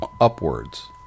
upwards